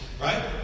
right